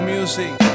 music